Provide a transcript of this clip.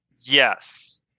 Yes